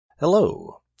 Hello